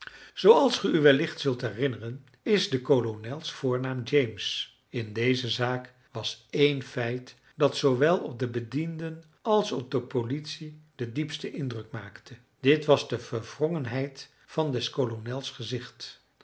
zooals ge u wellicht zult herinneren is des kolonels voornaam james in deze zaak was één feit dat zoowel op de bedienden als op de politie den diepsten indruk maakte dit was de verwrongenheid van des kolonels gezicht